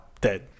dead